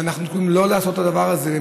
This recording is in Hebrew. ואנחנו קוראים לא לעשות את הדבר הזה.